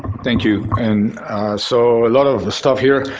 thank you. and so, a lot of the stuff here,